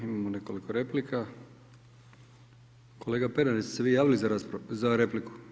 Imamo nekoliko replika, kolega Pernar, jeste se vi javili za repliku?